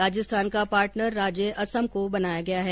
राजस्थान का पार्टनर राज्य असम को बनाया गया है